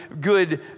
good